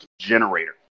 generator